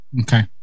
Okay